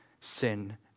sin